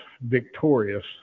victorious